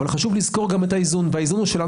אך חשוב לזכור גם את האיזון שיש לנו